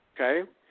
Okay